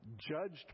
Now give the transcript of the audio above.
judged